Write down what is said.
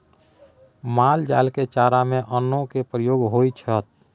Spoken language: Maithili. माल जाल के चारा में अन्नो के प्रयोग होइ छइ